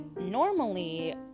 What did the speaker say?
normally